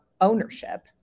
ownership